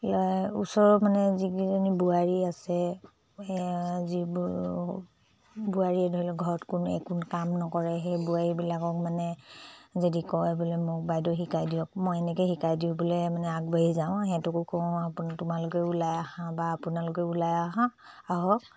ওচৰৰ মানে যিকেইজনী বোৱাৰী আছে যিবোৰ বোৱাৰীয়ে ধৰি লওক ঘৰত কোনো একো কাম নকৰে সেই বোৱাৰীবিলাকক মানে যদি কয় বোলে মোক বাইদেউ শিকাই দিয়ক মই এনেকৈ শিকাই দিওঁ বোলে মানে আগবাঢ়ি যাওঁ সিহঁতকো কওঁ আপ তোমালোকে ওলাই আহা বা আপোনালোকে ওলাই অহা আহক